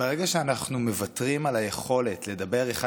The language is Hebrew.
ברגע שאנחנו מוותרים על היכולת לדבר אחד